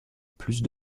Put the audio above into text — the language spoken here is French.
plus